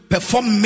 perform